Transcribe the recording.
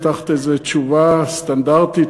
תחת איזו תשובה סטנדרטית,